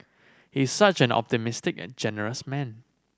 he is such an optimistic a generous man